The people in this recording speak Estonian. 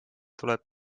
tuleb